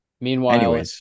Meanwhile